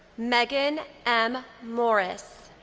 megan m. morris.